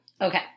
Okay